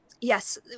yes